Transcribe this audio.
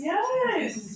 Yes